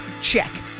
check